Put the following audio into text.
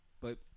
But-